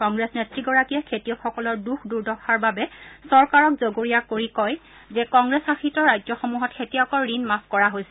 কংগ্ৰেছ নেত্ৰীগৰাকীয়ে খেতিয়কসকলৰ দুখ দুৰ্দশাৰ বাবে চৰকাৰক জগৰীয়া কৰি কয় যে কংগ্ৰেছশাসিত ৰাজ্যসমূহত খেতিয়কৰ ঋণ মাফ কৰা হৈছে